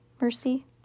Mercy